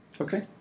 Okay